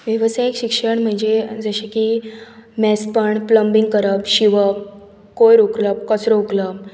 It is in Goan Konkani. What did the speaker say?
वेवसायीक शिक्षण म्हणजे जशें की मेस्तपण प्लंबींग करप शिंवप कोयर उखलप कचरो उखलप